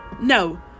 No